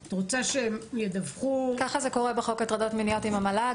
את רוצה שהם ידווחו --- ככה זה קורה בחוק הטרדות מיניות עם המל"ג,